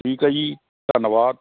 ਠੀਕ ਹੈ ਜੀ ਧੰਨਵਾਦ